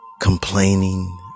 Complaining